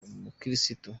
umukirisitu